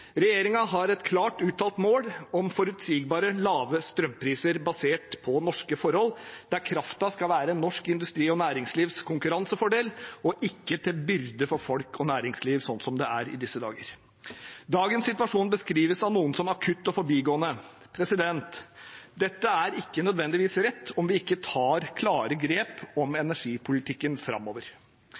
har et klart uttalt mål om forutsigbare, lave strømpriser basert på norske forhold, der kraften skal være norsk industri og norsk næringslivs konkurransefordel og ikke til byrde for folk og næringsliv, sånn som det er i disse dager. Dagens situasjon beskrives av noen som akutt og forbigående. Dette er ikke nødvendigvis rett om vi ikke tar klare grep om energipolitikken framover.